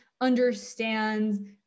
understands